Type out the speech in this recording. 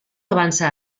avança